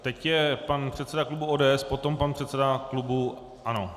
Teď pan předseda klubu ODS, potom pan předseda klubu ANO.